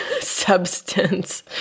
substance